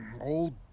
old